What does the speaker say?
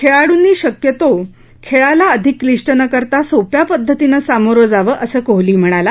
खेळाडूंनी शक्यतो खेळाला अधिक क्लिष्ट न करता सोप्या पद्धतीनं सामोरं जावं असं कोहली म्हणाला